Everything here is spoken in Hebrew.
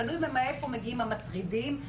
הכניסה למחלקה המגדרית.